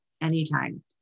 anytime